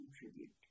contribute